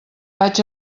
vaig